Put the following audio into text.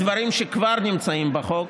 בדברים שכבר נמצאים בחוק,